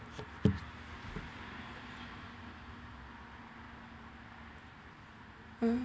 mm